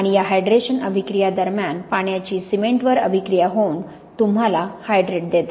आणि या हायड्रेशन अभिक्रिया दरम्यान पाण्याची सिमेंटवर अभिक्रिया होऊन तुम्हाला हायड्रेट देते